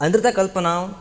अनृतकल्पना